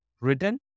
written